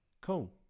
Cool